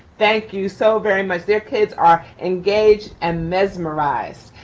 thank you so very much, their kids are engaged and mesmerized.